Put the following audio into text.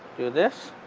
do this,